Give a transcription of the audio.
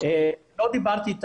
לא רוצים את